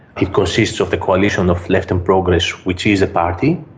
it consists of the coalition of left and progress, which is a party,